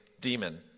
demon